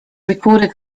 recorded